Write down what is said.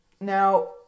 now